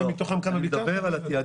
ומתוכם כמה --- כן,